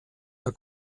der